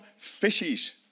fishies